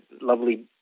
lovely